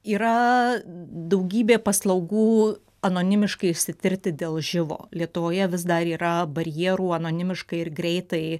yra daugybė paslaugų anonimiškai išsitirti dėl živ o lietuvoje vis dar yra barjerų anonimiškai ir greitai